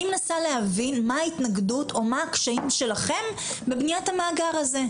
אני מנסה להבין מה ההתנגדות או מה הקשיים שלכם בבניית המאגר הזה.